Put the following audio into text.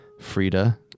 Frida